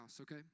okay